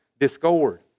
discord